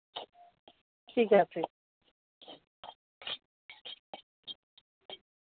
ঠিক আছে